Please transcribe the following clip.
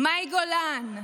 מאי גולן,